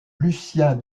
lucien